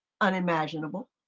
unimaginable